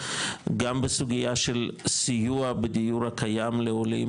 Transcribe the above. גם בסוגייה של סיוע בדיור הקיים לעולים,